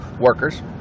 workers